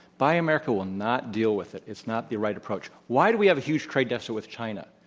buy american will not deal with it, it's not the right approach. why do we have a huge trade deficit with china.